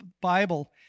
Bible